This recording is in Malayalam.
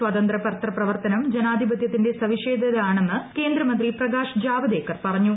സ്വതന്ത്ര പത്രപ്രവർത്തനം ജനാധിപത്യത്തിന്റെ സവിശേഷതയാണെന്ന് കേന്ദ്രമന്ത്രി പ്രകാശ് ജാവദേക്കർ പറഞ്ഞു